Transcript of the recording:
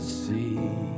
see